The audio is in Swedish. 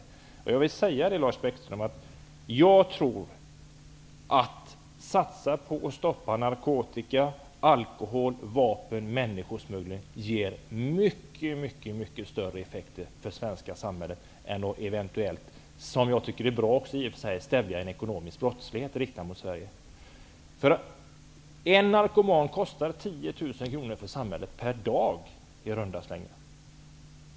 Jag vill säga till Lars Bäckström att jag tror att satsningen på att stoppa narkotika , alkohol , vapen och människosmuggling ger mycket större effekter för svenska samhället än eventuellt -- i och för sig tycker jag att det är bra -- stävjandet av ekonomisk brottslighet riktad mot Sverige. En narkoman kostar 10 000 kr per dag för samhället.